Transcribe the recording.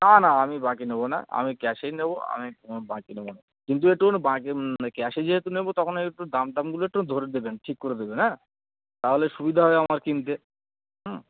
না না আমি বাকি নেবো না আমি ক্যাশেই নেবো আমি ও বাকি নেবো না কিন্তু একটুখানি বাকি ক্যাশে যেহেতু নেবো তখন একটু দাম টামগুলো একটু ধরে দেবেন ঠিক করে দেবেন হ্যাঁ তাহলে সুবিধা হয় আমার কিনতে হুম